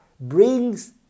brings